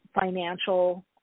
financial